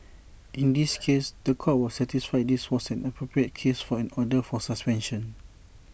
in this case The Court was satisfied this was an appropriate case for an order for suspension